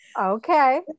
okay